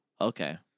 Okay